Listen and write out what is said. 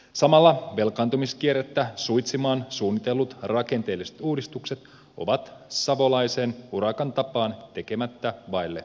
samalla velkaantumiskierrettä suitsimaan suunnitellut rakenteelliset uudistukset ovat savolaisen urakan tapaan tekemättä vaille valmiita